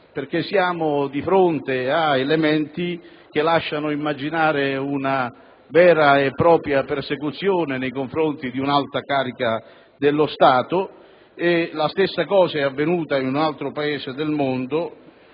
perché siamo di fronte ad elementi che lasciano immaginare una vera e propria persecuzione nei confronti di un'alta carica dello Stato. La stessa cosa è avvenuta in un altro Paese del mondo: